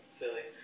silly